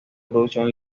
producción